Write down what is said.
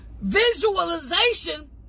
Visualization